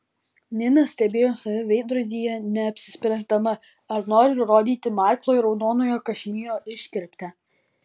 nina stebėjo save veidrodyje neapsispręsdama ar nori rodyti maiklui raudonojo kašmyro iškirptę